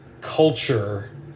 culture